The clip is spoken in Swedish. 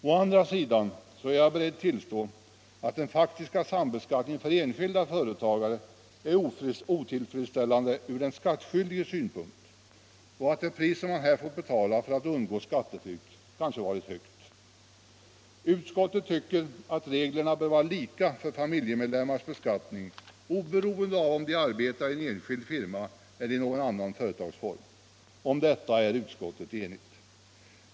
Å andra sidan är jag beredd att tillstå att den faktiska sambeskattningen för enskilda företagare är otillfredsställande från den enskildes synpunkt och att det pris som man här får betala för att undgå skatteflykt kanske har varit högt. Utskottet tycker att reglerna bör vara lika för familjemedlemmarnas beskattning oberoende av om de arbetar i enskild firma eller i någon annan företagsform. Om denna uppfattning är utskottet enigt.